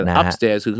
upstairs